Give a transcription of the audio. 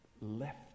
left